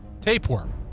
Tapeworm